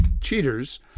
cheaters